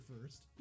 first